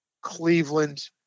Cleveland